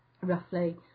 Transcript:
roughly